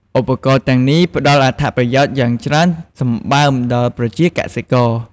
ឧបករណ៍ទាំងនេះផ្ដល់អត្ថប្រយោជន៍យ៉ាងច្រើនសម្បើមដល់ប្រជាកសិករ។